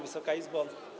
Wysoka Izbo!